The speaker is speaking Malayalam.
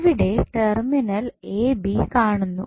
ഇവിടെ ടെർമിനൽ എ ബി കാണുന്നു